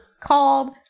called